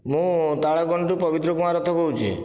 ମୁଁ ତାଳଗଣ୍ଡରୁ ପବିତ୍ର କୁମାର ରଥ କହୁଛି